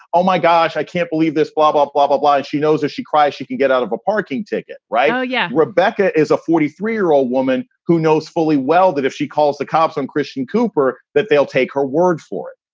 oh, my gosh, i can't believe this. blah, blah, blah, blah, blah. she knows if she cries, she can get out of a parking ticket. right. yeah. rebecca is a forty three year old woman who knows fully well that if she calls the cops on christine cooper, that they'll take her word for it.